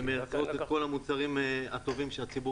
ומייצרות את כל המוצרים הטובים שהציבור